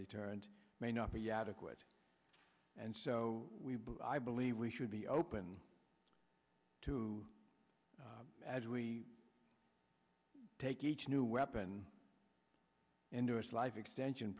deterrent may not be adequate and so i believe we should be open to as we take each new weapon into us life extension